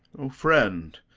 o friend,